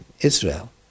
Israel